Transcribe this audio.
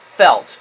felt